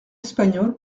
espagnol